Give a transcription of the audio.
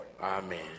Amen